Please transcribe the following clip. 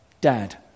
Dad